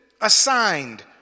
assigned